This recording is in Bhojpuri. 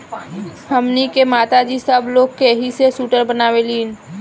हमनी के माता जी सब लोग के एही से सूटर बनावेली